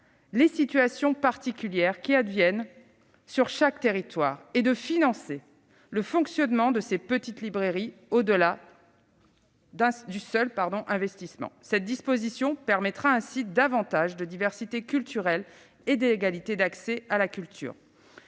les situations particulières qui adviennent sur chaque territoire et de financer le fonctionnement de ces petites librairies au-delà du seul investissement. Cette disposition permettra ainsi davantage de diversité culturelle et d'égalité d'accès à la culture.